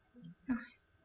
ah